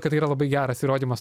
kad tai yra labai geras įrodymas